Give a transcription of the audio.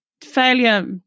failure